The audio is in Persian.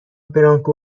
برانکو